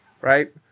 right